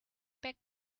back